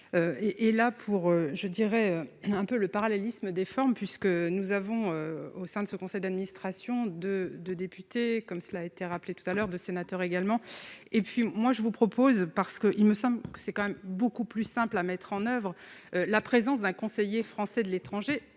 et là pour je dirais un peu le parallélisme des formes, puisque nous avons au sein de ce conseil d'administration de de députés, comme cela a été rappelé tout à l'heure de sénateurs également et puis moi je vous propose parce que il me semble que c'est quand même beaucoup plus simple à mettre en oeuvre la présence d'un conseiller français de l'étranger,